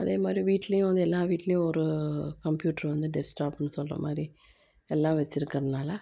அதேமாதிரி வீட்லேயும் வந்து எல்லார் வீட்லேயும் ஒரு கம்பியூட்ரு வந்து டெஸ்க்டாப்ன்னு சொல்கிற மாதிரி எல்லாம் வெச்சிருக்கறதுனால